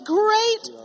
great